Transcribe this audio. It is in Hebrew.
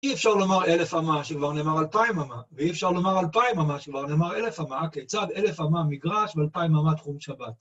אי אפשר לומר אלף אמה שכבר נאמר אלפיים אמה, ואי אפשר לומר אלפיים אמה שכבר נאמר אלף אמה, כיצד אלף אמה מגרש ואלפיים אמה תחום שבת.